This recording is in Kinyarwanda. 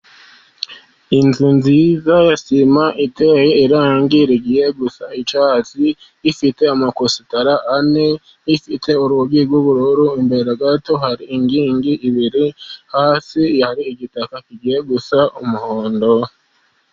Inzu nziza ya sima iteye irangi rigiye gusa icyatsi ifite amakositara ane ifite urugi rw'ubururu, imbere gato hari inkigi ibiri hasi hari igitaka kigiye gusa umuhondo.